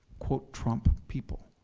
quote, trump people.